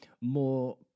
more